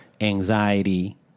anxiety